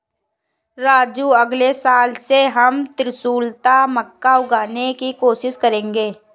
राजू अगले साल से हम त्रिशुलता मक्का उगाने की कोशिश करेंगे